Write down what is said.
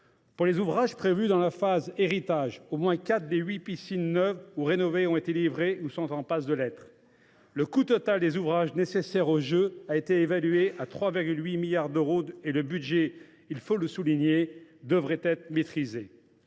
Pour les ouvrages prévus pour la phase « héritage », au moins quatre des huit piscines neuves ou rénovées ont été livrées ou sont en passe de l’être. Le coût total des ouvrages nécessaires aux jeux avait été évalué à 3,8 milliards d’euros. Le budget, il faut le souligner, devrait être maîtrisé.